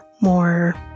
more